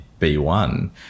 B1